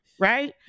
Right